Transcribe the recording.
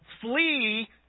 flee